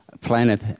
planet